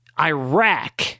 Iraq